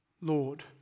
Lord